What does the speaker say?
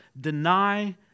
deny